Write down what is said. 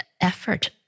effort